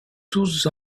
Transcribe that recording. tous